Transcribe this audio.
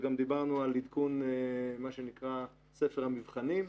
וגם דיברנו על עדכון של מה שנקרא ספר המבחנים,